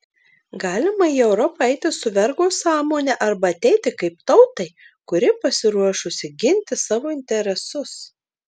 galima į europą eiti su vergo sąmone arba ateiti kaip tautai kuri pasiruošusi ginti savo interesus